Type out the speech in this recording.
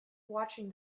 watching